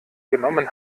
genommen